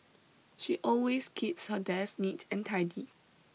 she always keeps her desk neat and tidy